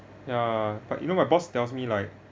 ya but you know my boss tells me like